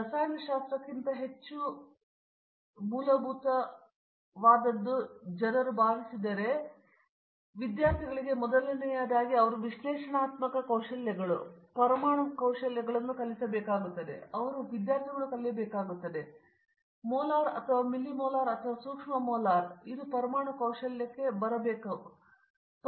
ರಸಾಯನಶಾಸ್ತ್ರಕ್ಕಿಂತ ಹೆಚ್ಚು ಮೂಲಭೂತವಾದದ್ದು ಜನರು ಭಾವಿಸಿದರೆ ವಿದ್ಯಾರ್ಥಿಗಳಿಗೆ ಮೊದಲನೆಯದಾಗಿ ಅವರು ವಿಶ್ಲೇಷಣಾತ್ಮಕ ಕೌಶಲ್ಯಗಳು ಪರಮಾಣು ಕೌಶಲ್ಯಕ್ಕೆ ಬರಬೇಕಾಗುತ್ತದೆ ಮೋಲಾರ್ ಅಥವಾ ಮಿಲ್ಲಿ ಮೊಲಾರ್ ಅಥವಾ ಸೂಕ್ಷ್ಮ ಮೋಲಾರ್ ಅಲ್ಲ ಇದು ಪರಮಾಣು ಕೌಶಲ್ಯಕ್ಕೆ ಬರಬೇಕಾಗುತ್ತದೆ